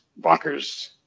bonkers